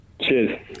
Cheers